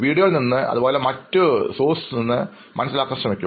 വീഡിയോയിൽ നിന്നും അതുപോലെ മറ്റ് ഉറവിടങ്ങളിൽ നിന്നും മനസ്സിലാക്കാൻ ശ്രമിക്കും